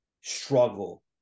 struggle